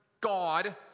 God